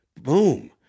boom